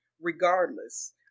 regardless